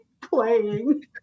playing